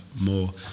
more